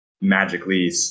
magically